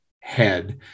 head